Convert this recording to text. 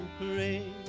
great